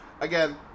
Again